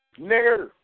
Nigger